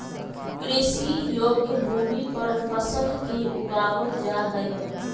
कृषि योग्य भूमि पर फसल के उगाबल जा हइ